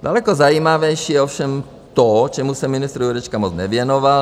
Daleko zajímavější je ovšem to, čemu se ministr Jurečka moc nevěnoval.